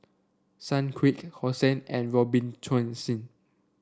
Sunquick Hosen and